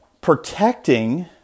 protecting